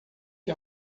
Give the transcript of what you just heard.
que